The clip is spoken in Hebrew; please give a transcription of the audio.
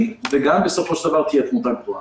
וגם בסופו של דבר תהיה תמותה גבוהה.